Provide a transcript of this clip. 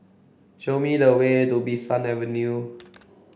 show me the way to Bee San Avenue